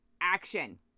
action